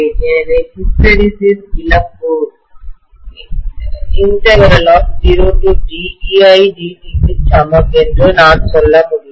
எனவே ஹிஸ்டெரெசிஸ் இழப்பு 0Teidt க்கு சமம் என்று நான் சொல்ல முடியும்